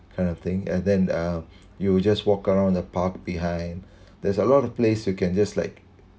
kind of thing and then uh you just walk around the park behind there's a lot of place we can just like